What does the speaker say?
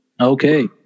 Okay